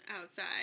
outside